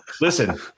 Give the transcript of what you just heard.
listen